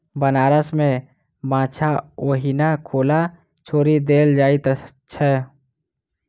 बनारस मे बाछा ओहिना खुला छोड़ि देल जाइत छै